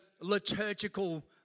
liturgical